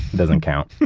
doesn't count